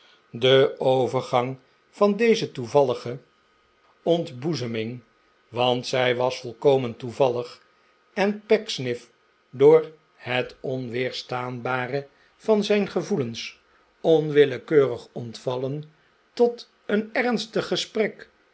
de overgang van deze toevallige ontboezeming want zij was volkomen toevallig en pecksniff door het onweerstaanbare van zijn gevoelens onwillekeurig ontvallen tot een ernstig gesprek